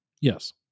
Yes